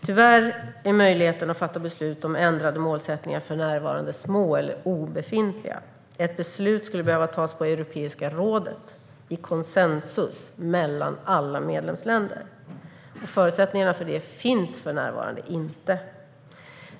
Tyvärr är möjligheterna att fatta beslut om ändrade målsättningar för närvarande små eller obefintliga. Ett beslut skulle behöva tas på Europeiska rådet och i konsensus mellan alla medlemsländer. Förutsättningarna för det finns för närvarande inte.